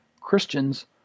Christians